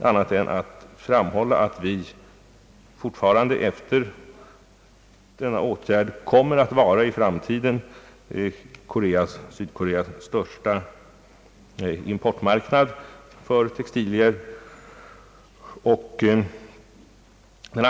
Jag vill emellertid framhålla att vi fortfarande efter de vidtagna åtgärderna kommer att vara Sydkoreas största exportmarknad för textilier även i framtiden.